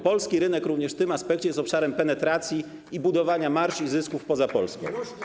Polski rynek również w tym aspekcie jest obszarem penetracji i budowania marż i zysków poza Polską.